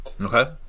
Okay